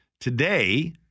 Today